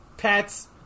Pets